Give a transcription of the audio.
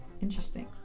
interesting